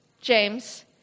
James